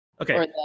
Okay